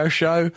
show